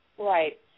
Right